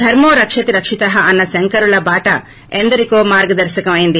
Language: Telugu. దర్మోరక్షతి రక్షితః అన్న శంకరుల బాట ఎందరికో మార్గదర్పకం అయినది